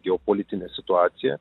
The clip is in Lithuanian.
geopolitinė situacija